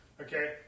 okay